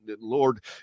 Lord